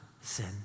sin